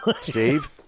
Steve